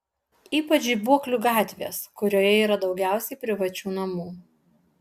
ypač žibuoklių gatvės kurioje yra daugiausiai privačių namų